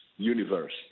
Universe